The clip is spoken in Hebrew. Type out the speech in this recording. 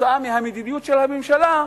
בגלל המדיניות של הממשלה,